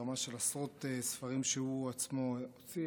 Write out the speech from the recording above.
ברמה של עשרות ספרים שהוא עצמו הוציא,